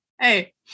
Hey